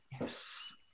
Yes